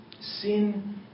Sin